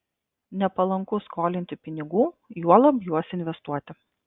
nepalanku skolinti pinigų juolab juos investuoti